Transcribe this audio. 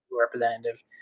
representative